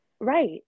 Right